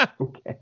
okay